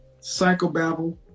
Psychobabble